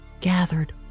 gathered